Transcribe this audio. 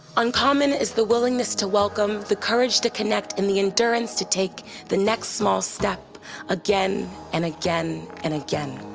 uncommon is the willingness to welcome, the courage to connect, and the endurance to take the next small step again, and again, and again.